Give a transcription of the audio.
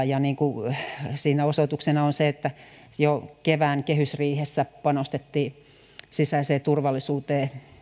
ja siitä osoituksena on se että jo kevään kehysriihessä panostettiin sisäiseen turvallisuuteen